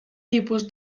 tipus